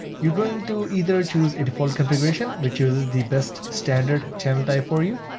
you're going to either choose a default configuration, which is the best standard channel type for you,